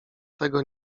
tego